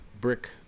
brick